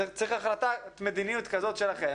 צריך החלטה,